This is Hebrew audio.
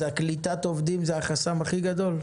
אז קליטת עובדים זה החסם הכי גדול?